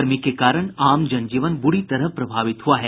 गर्मी के कारण आम जनजीवन बुरी तरह प्रभावित हुआ है